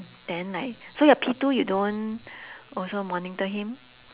then like so your P two you don't also monitor him